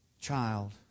Child